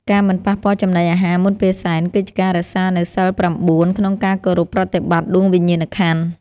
ការមិនប៉ះពាល់ចំណីអាហារមុនពេលសែន គឺជាការរក្សានូវសីលប្រាំបួនក្នុងការគោរពប្រតិបត្តិដួងវិញ្ញាណក្ខន្ធ។